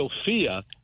Sophia